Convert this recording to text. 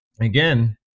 again